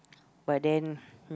but then